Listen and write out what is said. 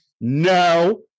no